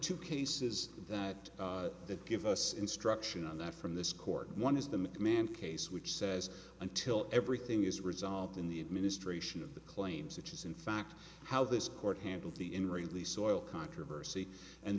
two cases that that give us instruction on that from this court one is the mcmahon case which says until everything is resolved in the administration of the claims which is in fact how this court handled the in really soil controversy and